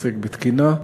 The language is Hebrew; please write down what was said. שעוסק בתקינה,